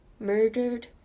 murdered